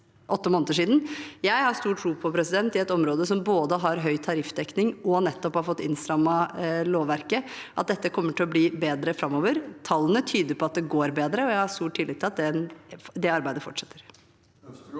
Jeg har stor tro på at dette, på et område som både har høy tariffdekning og nettopp har fått innstrammet lovverket, kommer til å bli bedre framover. Tallene tyder på at det går bedre, og jeg har stor tillit til at det arbeidet fortsetter.